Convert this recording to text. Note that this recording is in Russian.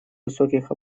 высоких